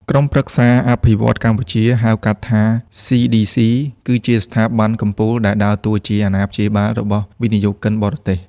ក្រុមប្រឹក្សាអភិវឌ្ឍន៍កម្ពុជា ហៅកាត់ថា CDC គឺជាស្ថាប័នកំពូលដែលដើរតួជា "អាណាព្យាបាល" របស់វិនិយោគិនបរទេស។